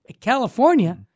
California